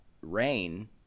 rain